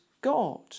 God